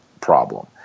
problem